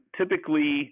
typically